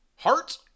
Heart